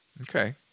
okay